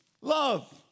love